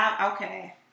Okay